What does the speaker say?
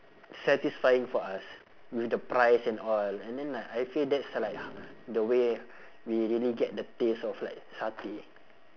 satisfying for us with the price and all and then like I feel that's like the way we really get the taste of like satay